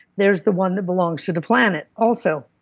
there's the one that belongs to the planet also,